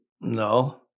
No